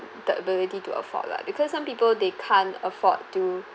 the ability to afford lah because some people they can't afford to